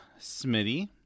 Smitty